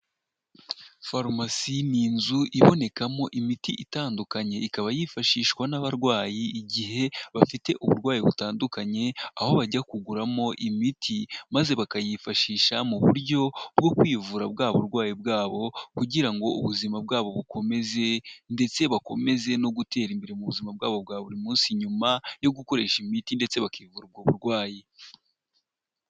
Farumasi ni inzu ibonekamo imiti itandukanye ikaba yifashishwa n'abarwayi igihe bafite uburwayi butandukanye aho bajya kuguramo imiti ,maze bakayifashisha mu buryo bwo kwivura bwa burwayi bwabo kugira ngo ubuzima bwabo bukomeze ndetse bakomeze no gutera imbere mu buzima bwabo bwa buri munsi nyuma yo gukoresha imiti ndetse bakivura ubwo burwayi.